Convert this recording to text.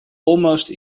almost